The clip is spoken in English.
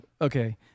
okay